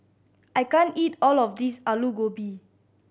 I can't eat all of this Alu Gobi